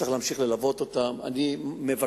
צריך להמשיך ללוות אותם.